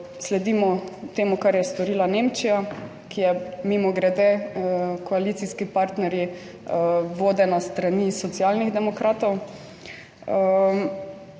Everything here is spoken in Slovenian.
sledimo temu, kar je storila Nemčija, ki je mimogrede koalicijski partnerji, vodena s strani socialnih demokratov.